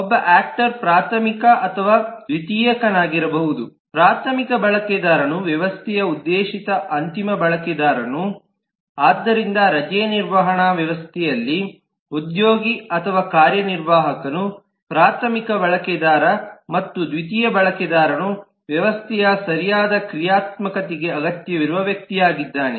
ಒಬ್ಬ ಯಾಕ್ಟರ್ ಪ್ರಾಥಮಿಕ ಅಥವಾ ದ್ವಿತೀಯಕನಾಗಿರಬಹುದು ಪ್ರಾಥಮಿಕ ಬಳಕೆದಾರನು ವ್ಯವಸ್ಥೆಯ ಉದ್ದೇಶಿತ ಅಂತಿಮ ಬಳಕೆದಾರನು ಆದ್ದರಿಂದ ರಜೆ ನಿರ್ವಹಣಾ ವ್ಯವಸ್ಥೆಯಲ್ಲಿ ಉದ್ಯೋಗಿ ಅಥವಾ ಕಾರ್ಯನಿರ್ವಾಹಕನು ಪ್ರಾಥಮಿಕ ಬಳಕೆದಾರ ಮತ್ತು ದ್ವಿತೀಯ ಬಳಕೆದಾರನು ವ್ಯವಸ್ಥೆಯ ಸರಿಯಾದ ಕ್ರಿಯಾತ್ಮಕತೆಗೆ ಅಗತ್ಯವಿರುವ ವ್ಯಕ್ತಿಯಾಗಿದ್ದಾನೆ